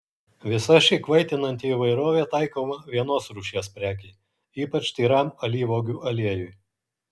visa ši kvaitinanti įvairovė taikoma vienos rūšies prekei ypač tyram alyvuogių aliejui